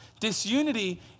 Disunity